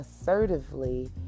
assertively